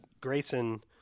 Grayson